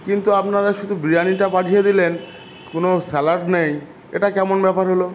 কিন্তু আপনারা শুধু বিরিয়ানিটা পাঠিয়ে দিলেন কোনো স্যালাড নেই এটা কেমন ব্যাপার হলো